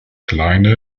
kleine